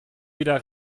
wieder